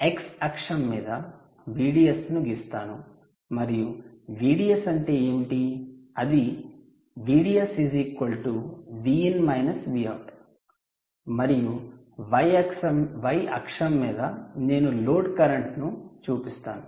నేను X అక్షం మీద VDS ను గీస్తాను మరియు VDS అంటే ఏమిటి అది VDS Vin −Vout మరియు y అక్షం మీద నేను లోడ్ కరెంట్లేదా డ్రైన్ కరెంట్ చూపిస్తాను